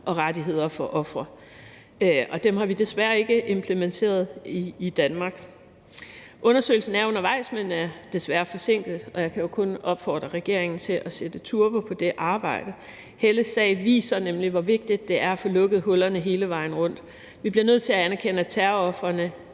og rettigheder for ofre, og dem har vi desværre ikke implementeret i Danmark. Undersøgelsen er undervejs, men er desværre forsinket, og jeg kan jo kun opfordre regeringen til at sætte turbo på det arbejde. Helles sag viser nemlig, hvor vigtigt det er at få lukket hullerne hele vejen rundt. Vi bliver nødt til at anerkende, at terrorofrene